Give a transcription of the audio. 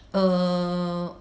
err